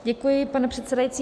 Děkuji, pane předsedající.